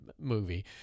movie